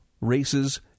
races